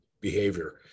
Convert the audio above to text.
behavior